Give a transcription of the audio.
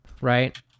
right